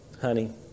Honey